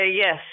Yes